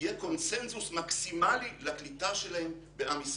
יהיה קונצנזוס מקסימלי לקליטה שלהם בעם ישראל.